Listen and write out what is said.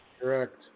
Correct